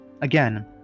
again